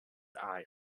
eye